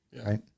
right